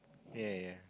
ya ya ya